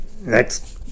next